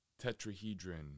tetrahedron